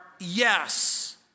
yes